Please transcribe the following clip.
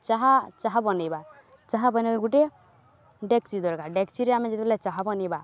ଚାହା ଚାହା ବନେଇବା ଚାହା ବନେଇବା ଗୋଟେ ଡ଼େକ୍ଚି ଦରକାର ଡ଼େକ୍ଚିରେ ଆମେ ଯେତେବେଲେ ଚାହା ବନେଇବା